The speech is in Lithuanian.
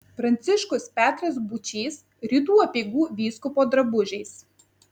pranciškus petras būčys rytų apeigų vyskupo drabužiais